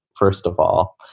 first of all.